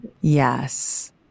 Yes